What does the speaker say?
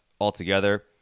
altogether